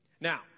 Now